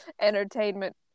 entertainment